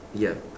ya